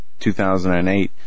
2008